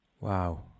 Wow